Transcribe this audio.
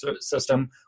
system